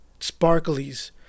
sparklies